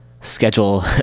schedule